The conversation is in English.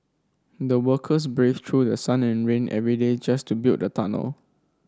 the workers braved through sun and rain every day just to build the tunnel